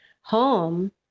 home